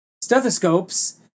stethoscopes